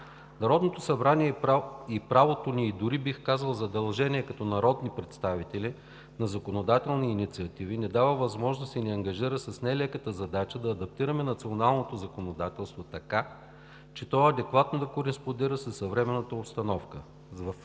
Народното събрание и правото ни, дори бих казал и задължение като народни представители, за законодателни инициативи дава възможност и ни ангажира с нелеката задача да адаптираме националното законодателство така, че то адекватно да кореспондира със съвременната обстановка.